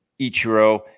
Ichiro